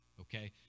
Okay